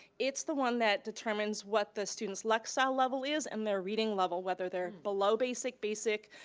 it's the one that determines what the student's lexile level is and their reading level, whether they're below basic, basic,